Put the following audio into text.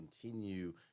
continue